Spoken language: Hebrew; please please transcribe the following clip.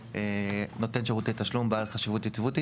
לנותן שירותי תשלום בעל חשיבות יציבותית,